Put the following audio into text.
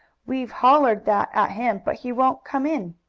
we've hollered that at him, but he won't come in.